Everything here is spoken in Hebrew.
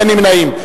אין נמנעים.